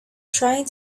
trying